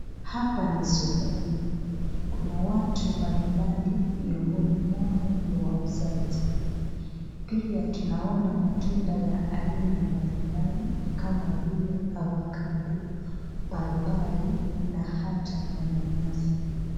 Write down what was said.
Hapa ni sokoni. Kuna watu mbalimbali, miongoni mwao ni wauzaji. Pia tunaona matunda ya aina mbalimbali kama vile ovacado, paipai na hata mananasi.